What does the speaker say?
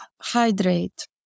hydrate